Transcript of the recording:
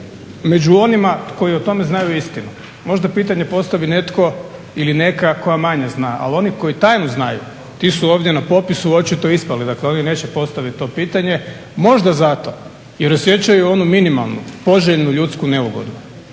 među onima koji o tome znaju istinu. Možda pitanje postavi netko ili neka koja manje zna. Ali oni koji tajnu znaju ti su ovdje na popisu očito ispali. Dakle, ovi neće postaviti to pitanje možda zato jer osjećaju onu minimalnu poželjnu ljudsku neugodu,